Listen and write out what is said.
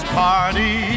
party